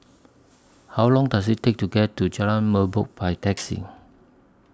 How Long Does IT Take to get to Jalan Merbok By Taxi